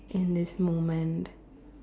in this moment